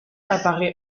apparaît